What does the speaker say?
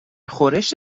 خورش